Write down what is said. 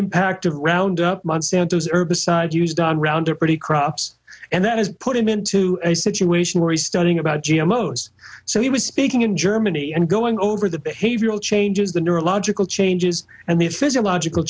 impact of roundup monsanto's herbicide used on rounder pretty crops and that has put him into a situation where he's studying about g m o foods so he was speaking in germany and going over the behavioral changes the neurological changes and the physiological